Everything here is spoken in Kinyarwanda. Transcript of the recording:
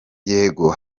yego